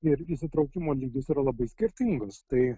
ir įsitraukimo lygis yra labai skirtingas tai